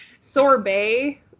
sorbet